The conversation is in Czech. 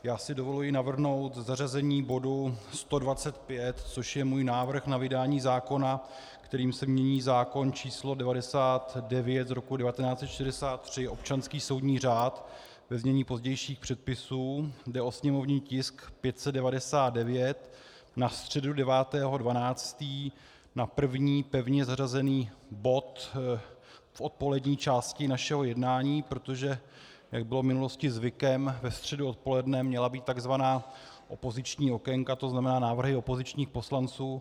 Já si dovoluji navrhnout zařazení bodu 125, což je můj návrh na vydání zákona, kterým se mění zákon č. 99/1963 Sb., občanský soudní řád, ve znění pozdějších předpisů, jde o sněmovní tisk 599 , na středu 9. 12. na první pevně zařazený bod v odpolední části našeho jednání, protože jak bylo v minulosti zvykem, ve středu odpoledne měla být tzv. opoziční okénka, tzn. návrhy opozičních poslanců.